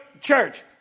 church